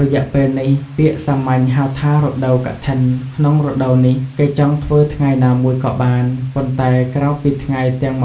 រយៈពេលនេះ ពាក្យសាមញ្ញហៅថា រដូវកឋិន ក្នុង រដូវនេះគេចង់ធ្វើថ្ងៃណាមួយក៏បាន ប៉ុន្តែក្រៅពីថ្ងៃទាំង២៩